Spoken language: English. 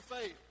faith